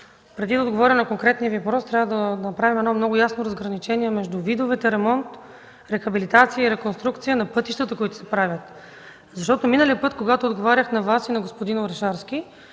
преди да отговоря на конкретния Ви въпрос, трябва да направим ясно разграничение между видовете ремонт, рехабилитация и реконструкция на пътищата, които се правят. Миналия път, когато отговарях на Вас и на господин Орешарски,